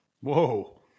whoa